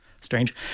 strange